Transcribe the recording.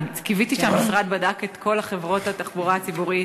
אני קיוויתי שהמשרד בדק את כל חברות התחבורה הציבורית,